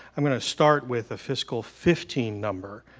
i'm going to start with a fiscal fifteen number